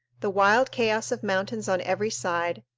the wild chaos of mountains on every side,